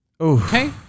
Okay